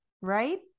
right